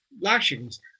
lashings